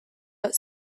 but